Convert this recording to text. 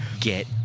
get